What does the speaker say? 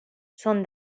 són